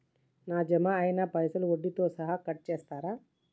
నా జమ అయినా పైసల్ వడ్డీతో సహా కట్ చేస్తరా?